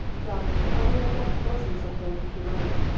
darling, i will adopt dozens of them, if you like,